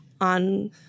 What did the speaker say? on